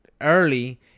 early